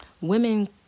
Women